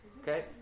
Okay